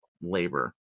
labor